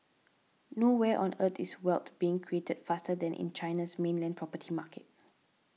nowhere on Earth is wealth being created faster than in China's mainland property market